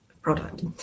product